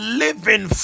living